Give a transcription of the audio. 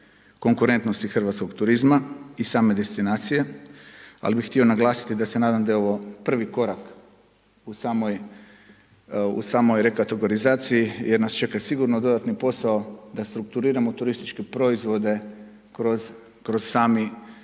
konkurentnosti hrvatskog turizma i same destinacije, ali bi htio naglasiti da se nadam da je ovo prvi korak u samoj rekatogirizaicija jer nas čeka dodatni posao da restrukturiramo turističke proizvode kroz samu